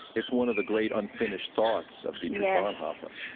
it's one of the great unfinished thoughts of dietrich yeah bonhoeffer.